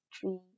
three